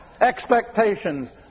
expectations